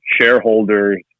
shareholders